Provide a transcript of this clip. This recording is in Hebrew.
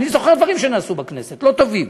אני זוכר דברים שנעשו בכנסת, לא טובים,